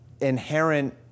inherent